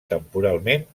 temporalment